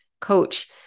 coach